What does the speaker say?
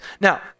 Now